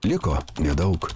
liko nedaug